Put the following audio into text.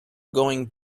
going